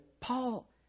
Paul